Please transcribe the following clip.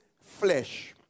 flesh